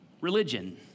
religion